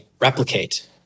replicate